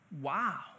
Wow